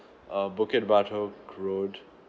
uh bukit batok road